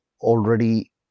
already